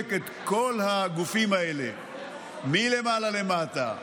וסורק את כל הגופים האלה מלמעלה למטה,